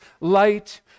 light